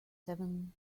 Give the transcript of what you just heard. seven